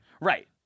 right